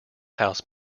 house